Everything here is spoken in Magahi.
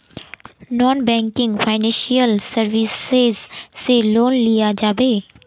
नॉन बैंकिंग फाइनेंशियल सर्विसेज से लोन लिया जाबे?